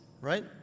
right